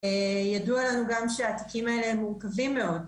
ידוע לנו גם שהתיקים האלה מורכבים מאוד.